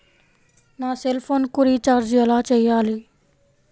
నా సెల్ఫోన్కు రీచార్జ్ ఎలా చేయాలి?